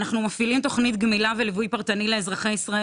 אנחנו מפעילים תוכנית גמילה וליווי פרטני לאזרחי ישראל